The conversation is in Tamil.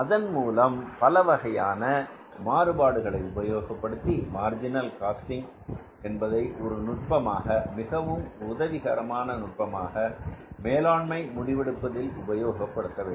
அதன்மூலம் பலவகையான மாறுபாடுகளை உபயோகப்படுத்தி மார்ஜினல் காஸ்டிங் என்பதை ஒரு நுட்பமாக மிகவும் உதவிகரமான நுட்பமாக மேலாண்மை முடிவெடுப்பதில் உபயோகப்படுத்த வேண்டும்